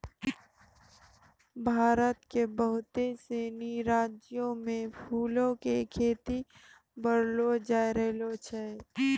भारत के बहुते सिनी राज्यो मे फूलो के खेती बढ़लो जाय रहलो छै